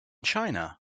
china